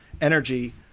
energy